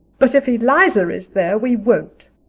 but if eliza is there we won't.